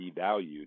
devalued